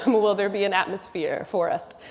um will there be an atmosphere for us.